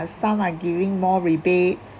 some are giving more rebates